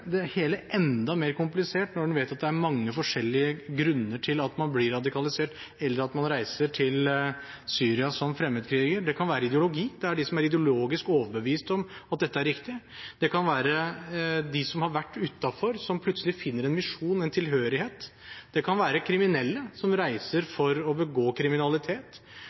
hele enda mer komplisert når vi vet at det er mange forskjellige grunner til at man blir radikalisert, eller at man reiser til Syria som fremmedkriger. Det kan være ideologi – det er de som er ideologisk overbevist om at dette er riktig. Det kan være de som har vært utenfor, som plutselig finner en misjon, en tilhørighet. Det kan være kriminelle som reiser for å begå kriminalitet.